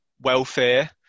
welfare